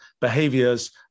behaviors